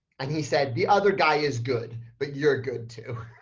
and he said, the other guy is good, but you're good, too.